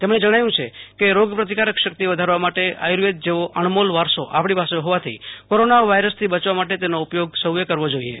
તેમણે જણાવ્યું છે કે રોગ પ્રતિકારક શક્તિ વધારવા માટે આયુર્વેદ જેવો અણમોલ વારસો આપણી પાસે હોવાથી કોરોના વાયરસ થી બચવા માટે તેનો ઉપયોગ સૌ એ કરવો જોઈએ